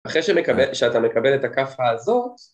אחרי שאתה מקבל את הכאפה הזאת